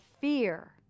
fear